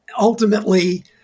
ultimately